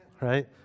right